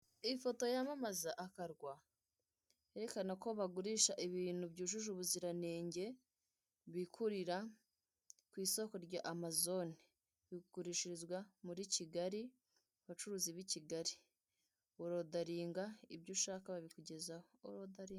Ifoto yamamaza akarwa, berekana ko bagurisha ibintu byujuje ubuziranenge bikurira ku isoko rya Amazone, bigurishirizwa muri Kigali ku bacuruzi b'Ikigali, urodaringa ibyo ushaka babikugezaho.